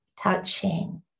touching